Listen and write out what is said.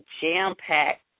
jam-packed